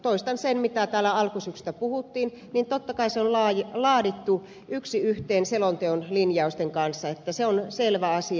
toistan sen mitä täällä alkusyksystä puhuttiin että totta kai se on laadittu yksi yhteen selonteon linjausten kanssa se on selvä asia